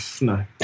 No